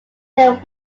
then